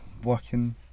working